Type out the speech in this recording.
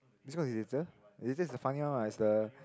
this one is this the funny one what is the